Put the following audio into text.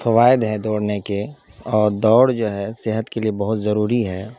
فوائد ہے دوڑنے کے اور دوڑ جو ہے صحت کے لیے بہت ضروری ہے